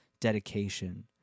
dedication